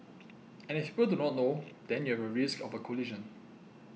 and if people do not know then you have a risk of a collision